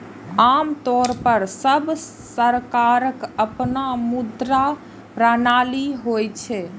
आम तौर पर सब सरकारक अपन मुद्रा प्रणाली होइ छै